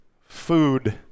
food